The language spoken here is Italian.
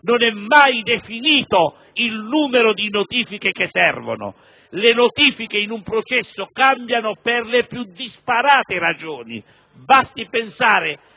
non è mai definito il numero di notifiche necessarie. Le notifiche in un processo cambiano per le più disparate ragioni. Basti pensare